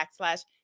backslash